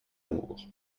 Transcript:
amours